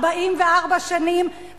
44 שנים,